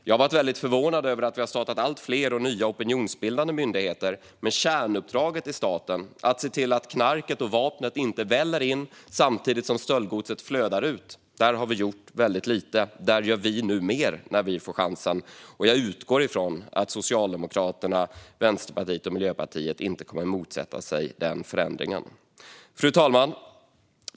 Jag har varit väldigt förvånad över att vi har startat allt fler nya opinionsbildande myndigheter men gjort väldigt lite när det gäller kärnuppdraget i staten: att se till att knark och vapen inte väller in samtidigt som stöldgods flödar ut. Där gör vi nu mer när vi får chansen, och jag utgår från att Socialdemokraterna, Vänsterpartiet och Miljöpartiet inte kommer att motsätta sig den förändringen. Fru talman!